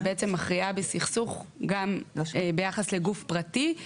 היא בעצם מכריעה בסכסוך גם ביחס לגוף פרטי,